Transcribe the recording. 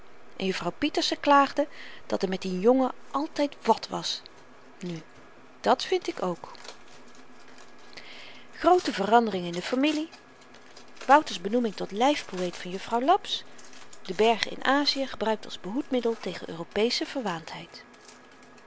en juffrouw pieterse klaagde dat er met dien jongen altyd wàt was nu dàt vind ik ook groote verandering in de familie wouter's benoeming tot lyfpoëet van jufvrouw laps de bergen in azië gebruikt als behoedmiddel tegen europesche verwaandheid